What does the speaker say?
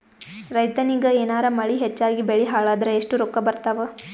ರೈತನಿಗ ಏನಾರ ಮಳಿ ಹೆಚ್ಚಾಗಿಬೆಳಿ ಹಾಳಾದರ ಎಷ್ಟುರೊಕ್ಕಾ ಬರತ್ತಾವ?